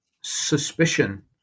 suspicion